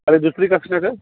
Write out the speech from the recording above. आणि दुसरी कक्षेचं